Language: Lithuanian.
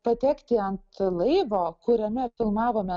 patekti ant laivo kuriame filmavome